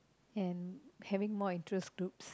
and having more interest groups